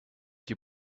your